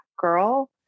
girl